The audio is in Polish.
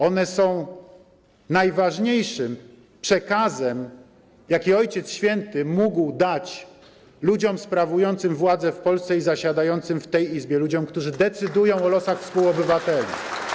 One są najważniejszym przekazem, jaki Ojciec Święty mógł dać ludziom sprawującym władzę w Polsce i zasiadającym w tej Izbie, ludziom, którzy decydują o losach współobywateli.